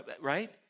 right